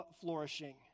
flourishing